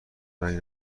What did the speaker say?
رنگ